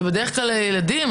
זה בדרך כלל הילדים,